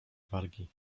wargi